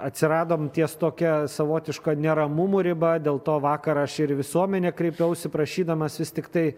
atsiradom ties tokia savotiška neramumų riba dėl to vakar aš ir į visuomenę kreipiausi prašydamas vis tiktai